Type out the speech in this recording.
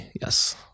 yes